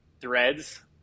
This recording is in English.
Threads